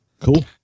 Cool